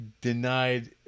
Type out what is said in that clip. denied